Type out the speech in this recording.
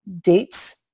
dates